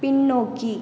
பின்னோக்கி